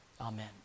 Amen